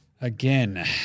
again